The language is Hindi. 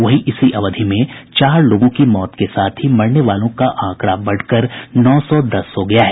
वहीं इसी अवधि में चार लोगों की मौत के साथ ही मरने वालों का आंकड़ा बढ़कर नौ सौ दस हो गया है